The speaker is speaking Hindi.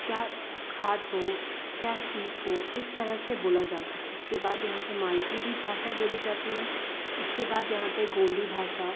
क्या खात हो क्या पीत हो इस तरह से बोला जाता है उसके बाद यहाँ पे मालवी भी भाषा बोली जाती है उसके बाद यहाँ पे गोंडी भाषा